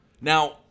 Now